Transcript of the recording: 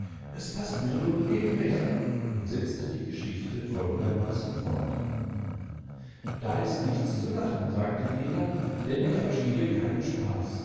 es paßt mir nun eben recht und setzte die geschichte fort da ist nichts zu lachen sagte jener denn ich verstehe keinen spaß